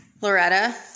Loretta